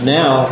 now